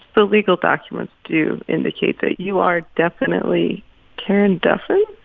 the legal documents do indicate that you are definitely karen duffin,